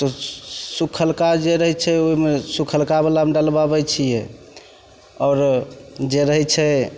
तऽ सुखलका जे रहय छै ओइमे सुखलकावलामे डलबाबय छियै आओरो जे रहय छै